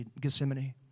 Gethsemane